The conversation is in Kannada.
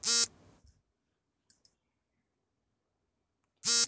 ಒಂದು ಮೆಟ್ರಿಕ್ ಟನ್ ಮೆಣಸಿನಕಾಯಿಯನ್ನು ತೂಕ ಹಾಕಲು ಎಷ್ಟು ಹಣ ನೀಡಬೇಕು?